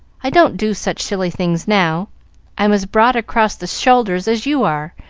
i don't do such silly things now i'm as broad across the shoulders as you are,